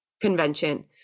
convention